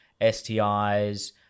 STIs